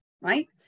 right